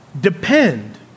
depend